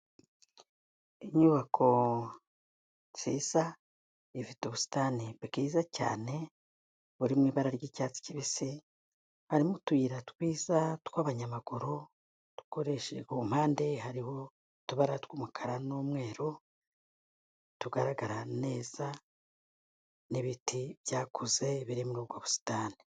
Inyubako nziza ifite ubusitani bwiza cyane, buri mu ibara ry'icyatsi kibisi, harimo utuyira twiza tw'abanyamaguru dukoreshejwe, ku mpande hariho utubara tw'umukara n'umweru, tugaragara neza n'ibiti byakuze biri muri ubwo busitani.